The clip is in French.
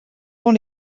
dont